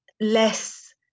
less